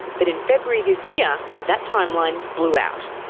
but in february this year, that timeline blew out.